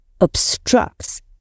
obstructs